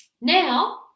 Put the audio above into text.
Now